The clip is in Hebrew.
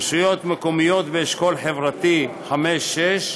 2. רשויות מקומיות באשכול חברתי 5 ו-6,